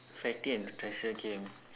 fatty and thrasher game